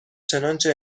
چنانچه